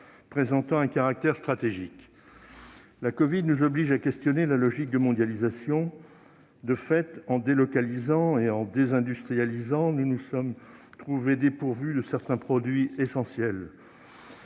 présentant un caractère stratégique. L'épidémie de covid-19 nous oblige à questionner la logique de mondialisation. De fait, en délocalisant et en désindustrialisant, nous nous sommes privés de certains produits essentiels.